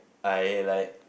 I like